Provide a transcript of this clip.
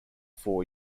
four